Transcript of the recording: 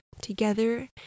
together